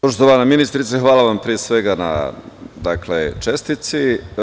Poštovana ministrice, hvala vam pre svega na čestici.